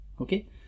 Okay